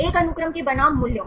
एक अनुक्रम के बनाम मूल्यों